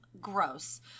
gross